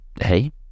Hey